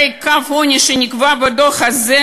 הרי קו העוני שנקבע בדוח הזה,